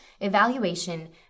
evaluation